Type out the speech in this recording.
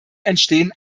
entstehen